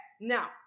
Now